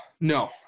No